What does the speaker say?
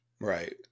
Right